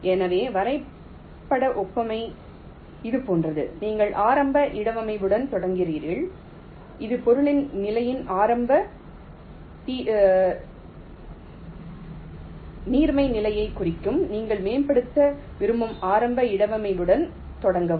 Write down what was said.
எனவே வரையப்பட்ட ஒப்புமை இது போன்றது நீங்கள் ஆரம்ப இடவமைவுடன் தொடங்குகிறீர்கள் இது பொருளின் நிலையின் ஆரம்ப நீர்மை நிறையை குறிக்கும் நீங்கள் மேம்படுத்த விரும்பும் ஆரம்ப இடவமைவுடன் தொடங்கவும்